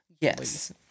yes